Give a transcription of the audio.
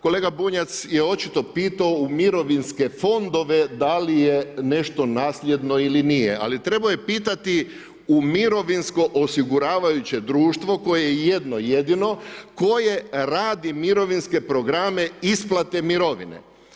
Kolega Bunjac je očito pitao u mirovinske fondove da li je nešto nasljedno ili nije, ali trebao je pitati u mirovinsko osiguravajuće društvo koje je jedno jedino koje radi mirovinske programe isplate mirovine.